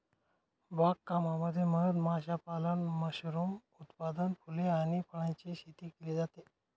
बाग कामामध्ये मध माशापालन, मशरूम उत्पादन, फुले आणि फळांची शेती केली जाते